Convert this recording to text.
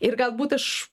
ir galbūt aš